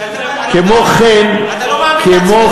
כי אתה לא מאמין לעצמך.